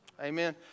Amen